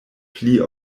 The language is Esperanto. pli